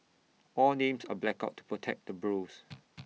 all names are blacked out to protect the bros